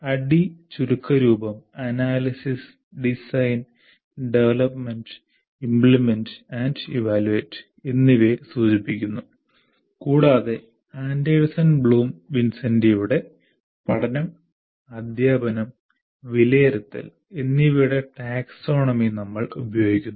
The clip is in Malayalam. ADDIE ചുരുക്കരൂപം Analysis Design Development Implement and Evaluate എന്നിവയെ സൂചിപ്പിക്കുന്നു കൂടാതെ ആൻഡേഴ്സൺ ബ്ലൂം വിൻസെന്റിയുടെ പഠനം അദ്ധ്യാപനം വിലയിരുത്തൽ എന്നിവയുടെ ടാക്സോണമി നമ്മൾ ഉപയോഗിക്കുന്നു